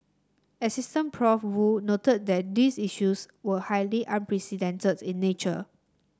Assistant Prof Woo noted that these issues were highly unprecedented in nature